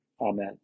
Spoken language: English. Amen